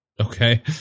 Okay